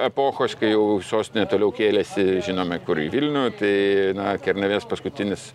epochos kai jau sostinė toliau kėlėsi žinome kur į vilnių tai na kernavės paskutinis